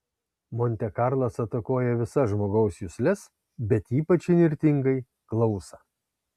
monte karlas atakuoja visas žmogaus jusles bet ypač įnirtingai klausą